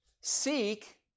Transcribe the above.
Seek